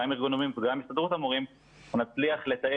גם עם ארגון המורים וגם עם הסתדרות המורים נצליח לתעל